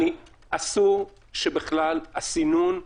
אסור שבכלל הסינון,